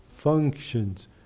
Functions